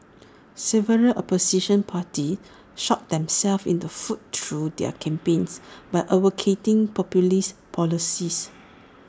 several opposition parties shot themselves in the foot through their campaigns by advocating populist policies